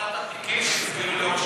שמונת התיקים שנסגרו,